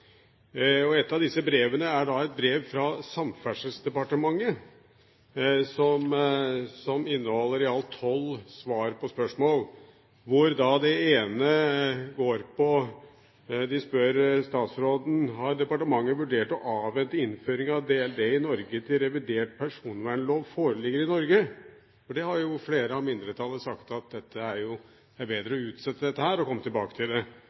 er et brev fra Samferdselsdepartementet som inneholder i alt tolv svar på spørsmål. Det ene spørsmålet til statsråden er: «Har departementet vurdert å avvente innføring av DLD i Norge til revidert personvernlov foreligger i Norge?» Flere i mindretallet har jo sagt at det er bedre å utsette dette og komme tilbake til det.